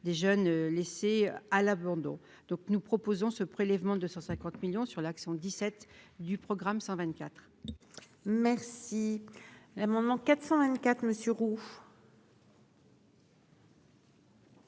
des jeunes laissés à l'abandon, donc nous proposons ce prélèvement de 150 millions sur l'action 17 du programme 124. Merci l'amendement 424 monsieur